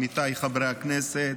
עמיתיי חברי הכנסת,